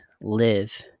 live